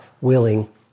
willing